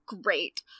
great